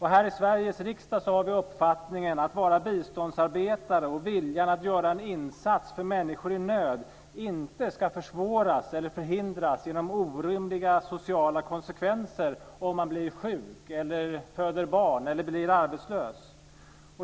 Här i Sveriges riksdag har vi följande uppfattning: Att vara biståndsarbetare och viljan att göra en insats för människor i nöd ska inte försvåras eller förhindras genom orimliga sociala konsekvenser om man blir sjuk, föder barn eller blir arbetslös.